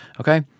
Okay